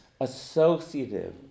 associative